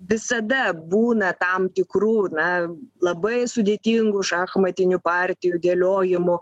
visada būna tam tikrų na labai sudėtingų šachmatinių partijų dėliojimų